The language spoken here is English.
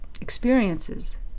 experiences